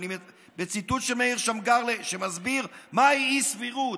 ציטוט של מאיר שמגר שמסביר מהי אי-סבירות.